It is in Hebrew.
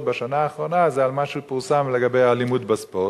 בשנה האחרונה זה מה שפורסם לגבי האלימות בספורט,